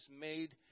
made